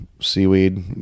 seaweed